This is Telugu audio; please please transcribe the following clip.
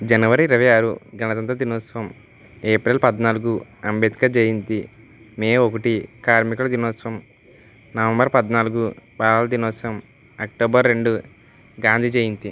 జనవరి ఇరవై ఆరు గణతంత్ర దినోత్సవం ఏప్రిల్ పద్నాలుగు అంబేత్కర్ జయంతి మే ఒకటి కార్మికుల దినోత్సవం నవంబర్ పద్నాలుగు బాలల దినోత్సవం అక్టోబర్ రెండు గాంధీ జయంతి